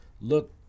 look